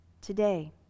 Today